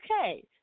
Okay